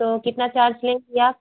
तो कितना चार्ज लेंगी आप